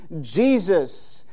Jesus